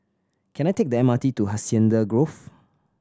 can I take the M R T to Hacienda Grove